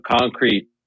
concrete